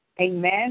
Amen